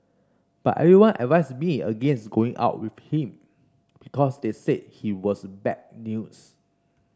but everyone advised me against going out with him because they said he was bad news